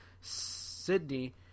Sydney